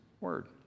Word